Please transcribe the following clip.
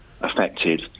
affected